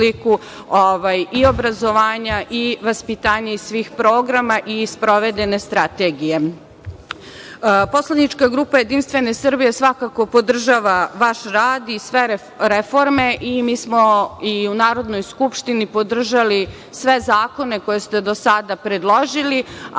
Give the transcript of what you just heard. i obrazovanja i vaspitanja i svih programa i sprovedene strategije. Poslanička grupa JS svakako podržava vaš radi i sve reforme i mi smo i u Narodnoj skupštini podržali sve zakone koje ste do sada predložili.